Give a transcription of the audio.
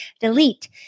delete